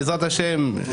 בעזרת השם,